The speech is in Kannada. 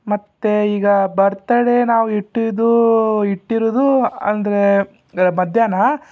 ಮತ್ತು ಈಗ ಬರ್ತಡೇ ನಾವಿಟ್ಟಿದ್ದು ಇಟ್ಟಿರೋದು ಅಂದರೆ ಮಧ್ಯಾಹ್ನ